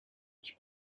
ich